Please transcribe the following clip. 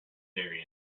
dairy